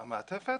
ולמעטפת,